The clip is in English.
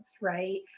Right